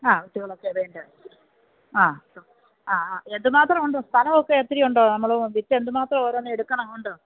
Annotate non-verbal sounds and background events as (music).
ആ (unintelligible) ആ ആ ആ എന്തുമാത്രം ഉണ്ട് സ്ഥലമൊക്കെ ഒത്തിരിയുണ്ടോ നമ്മൾ വിത്ത് എന്തുമാത്രം ഓരോന്നും എടുക്കണം ഉണ്ടോ